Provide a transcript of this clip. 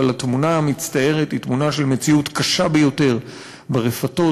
אבל התמונה המצטיירת היא תמונה של מציאות קשה ביותר ברפתות,